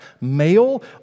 male